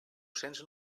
cents